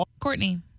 Courtney